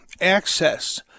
access